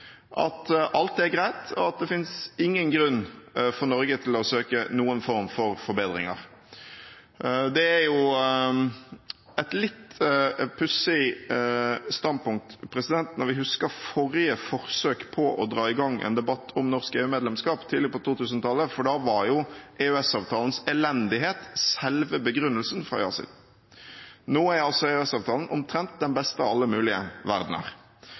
at alt er greit, og at det ikke finnes noen grunn for Norge til å søke om noen form for forbedringer. Det er et litt pussig standpunkt når vi husker det forrige forsøket på å dra i gang en debatt om norsk EU-medlemskap, tidlig på 2000-tallet, for da var EØS-avtalens elendighet selve begrunnelsen fra ja-siden. Nå er altså EØS-avtalen omtrent den beste av alle mulige verdener.